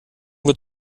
wird